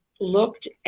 looked